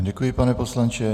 Děkuji, pane poslanče.